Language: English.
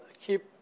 keep